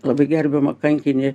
labai gerbiamą kankinį